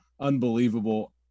unbelievable